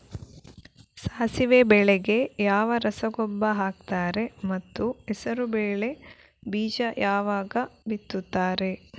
ಸಾಸಿವೆ ಬೆಳೆಗೆ ಯಾವ ರಸಗೊಬ್ಬರ ಹಾಕ್ತಾರೆ ಮತ್ತು ಹೆಸರುಬೇಳೆ ಬೀಜ ಯಾವಾಗ ಬಿತ್ತುತ್ತಾರೆ?